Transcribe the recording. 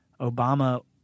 obama